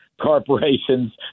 corporations